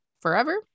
forever